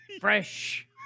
fresh